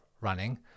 running